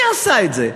מי עשה את זה?